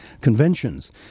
conventions